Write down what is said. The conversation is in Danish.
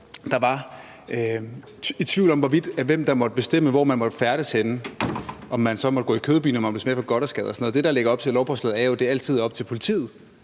der var tvivl om, hvem der måtte bestemme, hvorhenne man måtte færdes, om man så måtte gå i Kødbyen eller i Gothersgade og sådan noget. Det, der lægges op til i lovforslaget, er jo, at det altid er op til politiet